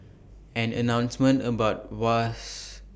an announcement about was